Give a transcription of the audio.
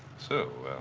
so